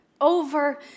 over